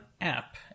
app